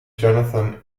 jonathan